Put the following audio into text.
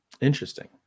Interesting